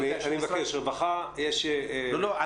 רווחה אני מבקש,